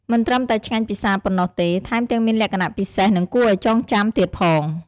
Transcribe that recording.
មិនត្រឹមតែឆ្ងាញ់ពិសាប៉ុណ្ណោះទេ ថែមទាំងមានលក្ខណៈពិសេស និងគួរឱ្យចងចាំទៀតផង។